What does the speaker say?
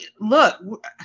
look